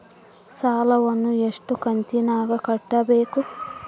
ಸಾಲವನ್ನ ಎಷ್ಟು ಕಂತಿನಾಗ ಕಟ್ಟಬೇಕು?